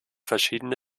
verschiedene